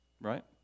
right